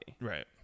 Right